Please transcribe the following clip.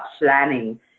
planning